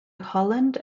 holland